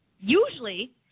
Usually